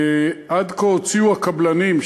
עד כה הוציאו הקבלנים,